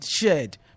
shared